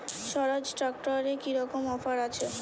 স্বরাজ ট্র্যাক্টরে কি রকম অফার আছে?